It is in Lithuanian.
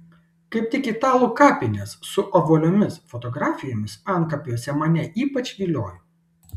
kaip tik italų kapinės su ovaliomis fotografijomis antkapiuose mane ypač viliojo